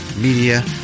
Media